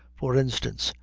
for instance,